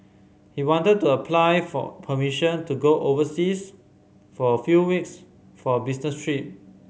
he wanted to apply for permission to go overseas for a few weeks for a business trip